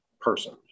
person